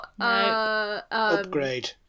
upgrade